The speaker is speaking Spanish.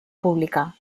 pública